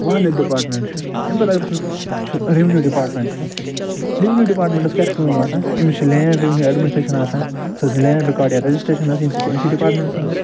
وحدت ڈپارٹمٮ۪نٛٹ چھِ اَمہِ پتہٕ اگر أسۍ وُچھو چھِ ریٚونِو ڈِپارٹمٮ۪نٛٹ چھُ ریٚونِو ڈِپارمٮ۪نٹس کیٛاہ چھِ کٲم آسان أمِس چھِ لینٛڈ ریٚونِو ایڈمِنسٹریٚشن آسان سُہ ٲسِن لینٛڈ رِکاڈ یا رجسٹریٚشن ٲسِن سُہ چھِ أمۍسٕے ڈِپارٹمٮ۪نٛٹس انٛڈر